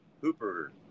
Hooper